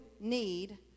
need